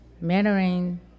Mandarin